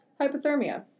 hypothermia